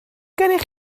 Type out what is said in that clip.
gennych